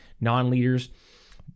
non-leaders